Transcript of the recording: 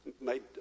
made